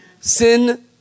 Sin